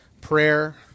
prayer